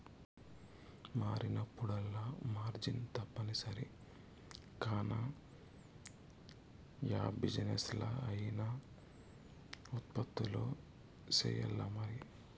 మారినప్పుడల్లా మార్జిన్ తప్పనిసరి కాన, యా బిజినెస్లా అయినా ఉత్పత్తులు సెయ్యాల్లమరి